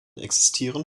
existieren